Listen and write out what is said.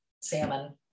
salmon